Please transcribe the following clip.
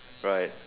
right